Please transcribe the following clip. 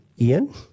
Ian